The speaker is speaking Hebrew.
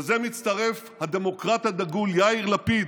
לזה מצטרף הדמוקרט הדגול יאיר לפיד,